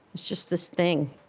it's just this thing